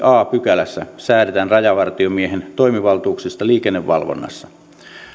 a pykälässä säädetään rajavartiomiehen toimivaltuuksista liikennevalvonnassa